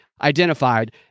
identified